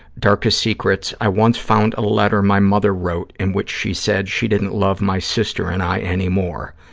darkest secrets, i once found a letter my mother wrote in which she said she didn't love my sister and i anymore.